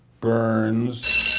Burns